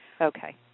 Okay